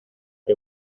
que